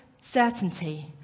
certainty